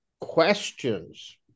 questions